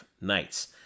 nights